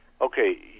Okay